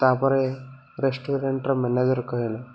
ତା'ପରେ ରେଷ୍ଟୁରାଣ୍ଟ୍ର ମ୍ୟାନେଜର୍ କହିଲ